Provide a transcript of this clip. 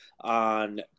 on